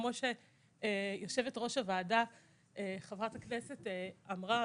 כמו שיושבת-ראש הוועדה אמרה,